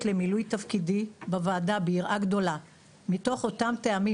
למילוי תפקידי בוועדה ביראה גדולה מתוך אותם טעמים